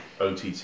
OTT